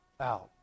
out